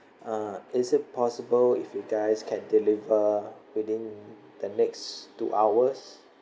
is it possible if you guys can deliver within the next two hours